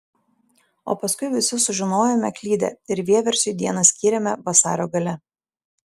o paskui visi sužinojome klydę ir vieversiui dieną skyrėme vasario gale